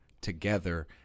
together